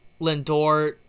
Lindor